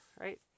right